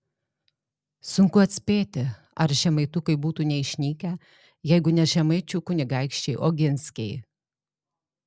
sunku atspėti ar žemaitukai būtų neišnykę jeigu ne žemaičių kunigaikščiai oginskiai